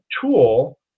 tool